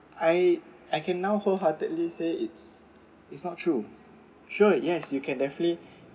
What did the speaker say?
I I can now wholeheartedly say it's it's not true sure yes you can definitely